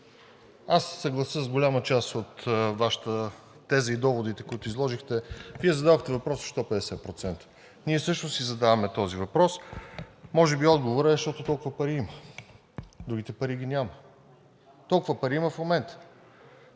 се съглася с голяма част от Вашата теза и доводите, които изложихте. Вие зададохте въпроса: защо 50%? Ние също си задаваме този въпрос. Може би отговорът е: защото толкова пари има. Другите пари ги няма. Толкова пари има в момента.